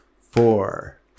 four